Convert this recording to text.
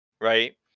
right